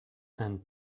and